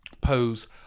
pose